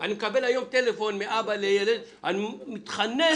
אני מקבל היום טלפון מאבא לילד: אני מתחנן,